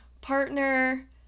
partner